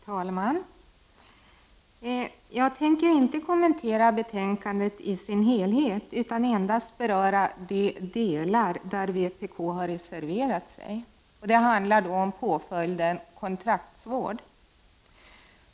Herr talman! Jag tänker inte kommentera betänkandet i dess helhet utan endast beröra de delar där vpk reserverat sig. Det handlar om påföljden kon traktsvård.